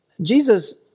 Jesus